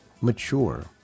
mature